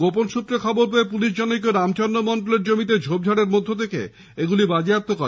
গোপন সূত্রে খবর পেয়ে পুলিশ জনৈক রামচন্দ্র মন্ডলের জমিতে ঝোপঝাড়ের মধ্য থেকে এগুলি বাজেয়াপ্ত করে